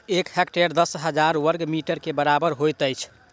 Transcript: एक हेक्टेयर दस हजार बर्ग मीटर के बराबर होइत अछि